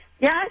Yes